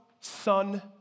Son